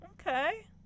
okay